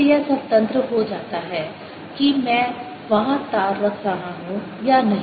फिर यह स्वतंत्र हो जाता है कि मैं वहां तार रख रहा हूं या नहीं